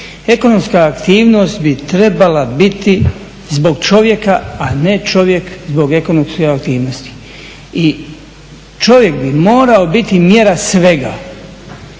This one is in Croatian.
Ekonomska aktivnost bi trebala biti zbog čovjeka, a ne čovjek zbog ekonomske aktivnosti. I čovjek bi morao biti mjera svega